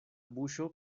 buŝo